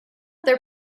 their